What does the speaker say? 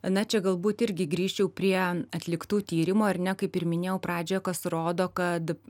aa čia galbūt irgi grįžčiau prie atliktų tyrimų ar ne kaip ir minėjau pradžioje kas rodo kad